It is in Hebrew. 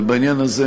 ובעניין הזה,